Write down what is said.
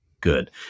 good